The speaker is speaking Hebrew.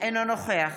אינו נוכח